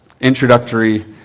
introductory